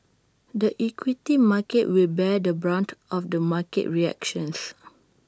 the equity market will bear the brunt of the market reactions